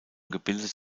gebildet